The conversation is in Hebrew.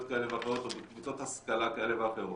כאלה ואחרות או בקבוצות השכלה כאלה ואחרות,